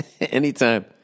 Anytime